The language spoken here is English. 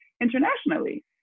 internationally